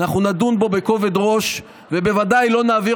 אנחנו נדון בו בכובד ראש ובוודאי לא נעביר